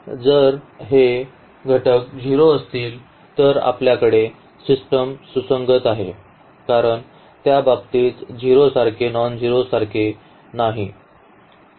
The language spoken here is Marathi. जर हे घटक 0 असतील तर आपल्याकडे सिस्टम सुसंगत आहे कारण त्या बाबतीत 0 सारखे नॉनझेरोसारखे नाही